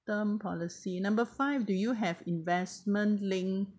term policy number five do you have investment link